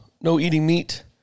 no-eating-meat